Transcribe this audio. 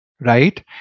Right